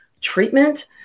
treatment